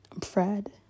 Fred